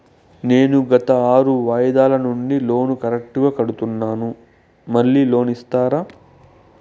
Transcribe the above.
నేను గత ఆరు వాయిదాల నుండి లోను కరెక్టుగా కడ్తున్నాను, మళ్ళీ లోను ఇస్తారా?